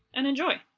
and enjoy!